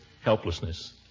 helplessness